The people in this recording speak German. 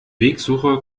wegsuche